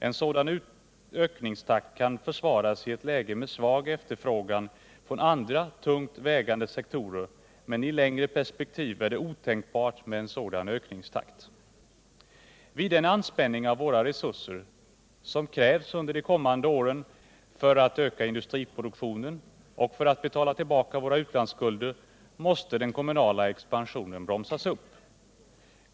En sådan ökningstakt kan vara försvarlig i ett läge med svag efterfrågan från andra tungt vägande sektorer. I ett något längre perspektiv är det emellertid otänkbart med en sådan ökningstakt. ——-— Vid den anspänning av våra resurser som krävs under kommande år för att öka industriproduktionen och betala tillbaka våra utlandsskulder måste den kommunala expansionen bromsas upp.